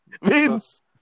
wins